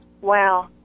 wow